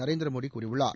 நரேந்திரமோடி கூறியுள்ளார்